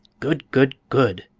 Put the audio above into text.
good! good! good!